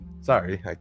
Sorry